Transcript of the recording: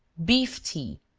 beef tea.